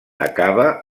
acaba